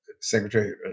Secretary